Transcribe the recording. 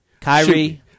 Kyrie